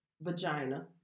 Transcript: vagina